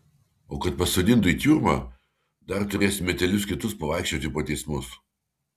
o kad pasodintų į tiurmą dar turėsi metelius kitus pavaikščioti po teismus